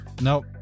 Nope